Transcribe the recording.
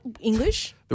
English